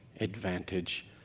advantage